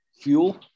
fuel